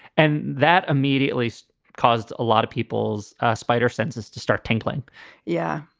and that immediately so caused a lot of people's spider senses to start tingling yeah,